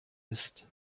ist